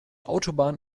autobahn